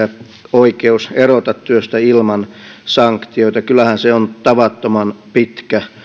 oikeus erota työstä ilman sanktioita niin kyllähän se on tavattoman pitkä